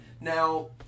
Now